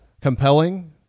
compelling